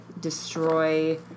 destroy